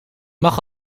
mag